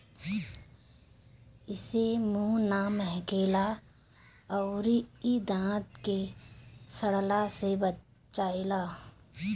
एसे मुंह ना महके ला अउरी इ दांत के सड़ला से बचावेला